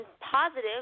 positive